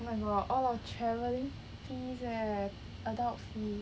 oh my god all our travelling fees leh adult fee